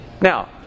Now